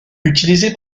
utilisé